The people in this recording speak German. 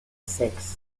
sechs